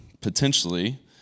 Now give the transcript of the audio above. potentially